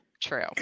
True